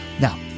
Now